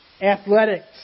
athletics